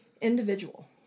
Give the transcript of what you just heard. individual